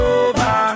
over